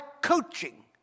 coaching